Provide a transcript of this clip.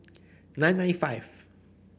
nine nine five